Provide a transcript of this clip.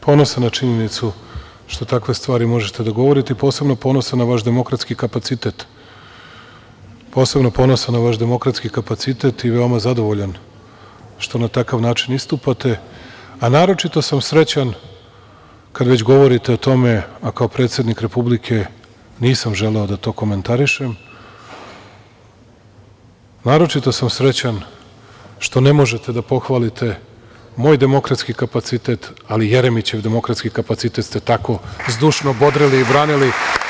Ponosan na činjenicu što takve stvari možete da govorite, posebno ponosan na vaš demokratski kapacitet i veoma zadovoljan što na takav način istupate, a naročito sam srećan, kad već govorite o tome, a kao predsednik Republike nisam želeo da to komentarišem, naročito sam srećan što ne možete da pohvalite moj demokratski kapacitet, ali Jeremićev demokratski kapacitet ste tako zdušno bodrili, branili.